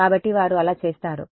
కాబట్టి వారు అలా చేస్తారు